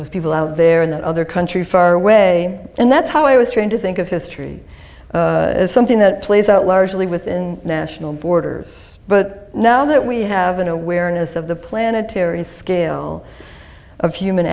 those people out there in that other country far away and that's how i was trained to think of history as something that plays out largely within national borders but now that we have an awareness of the planetary scale of human